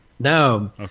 No